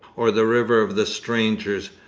or the river of the strangers,